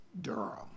Durham